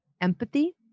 empathy